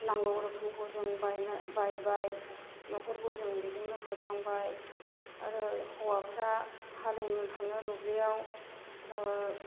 नांगौ रोखोमखौ जों बायबाय न'खरखौ जों बेजोंनो फोथांबाय आरो हौवाफोरा हालेवनो थाङो दुब्लियाव